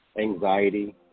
anxiety